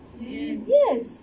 yes